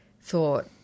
thought